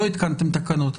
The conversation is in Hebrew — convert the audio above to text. לא התקנתם תקנות,